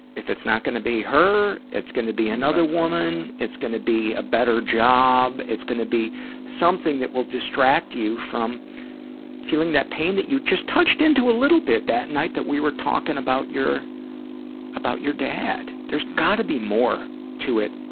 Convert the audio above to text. if it's not gonna be her, it's gonna be another woman, it's gonna be a better job, it's gonna be something that will distract you from feeling that pain that you just touched into a little bit that night that we were talking about your about your dad. there's gotta be more to it,